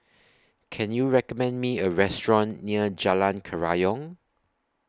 Can YOU recommend Me A Restaurant near Jalan Kerayong